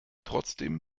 trotzdem